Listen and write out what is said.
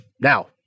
Now